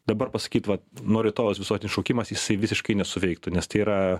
dabar pasakyt vat nuo rytojaus visuotinis šaukimas jisai visiškai nesuveiktų nes tai yra